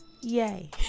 Yay